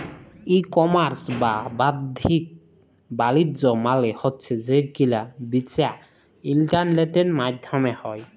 ই commerce বা বাদ্দিক বালিজ্য মালে হছে যে কিলা বিচা ইলটারলেটের মাইধ্যমে হ্যয়